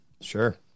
Sure